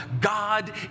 God